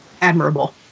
admirable